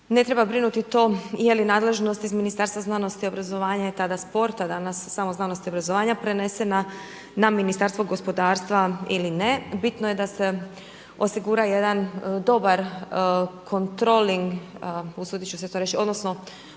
ne treba brinuti to je li nadležnost iz Ministarstva znanosti i obrazovanja i tada sporta, a danas samo znanosti i obrazovanja, prenesena na Ministarstva gospodarstva ili ne. Bitno je da se osigura jedan dobar kontroling, usudit ću se to reći odnosno